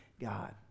God